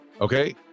okay